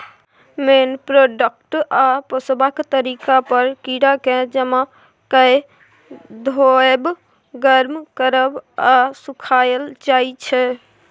मेन product आ पोसबाक तरीका पर कीराकेँ जमा कए धोएब, गर्म करब आ सुखाएल जाइ छै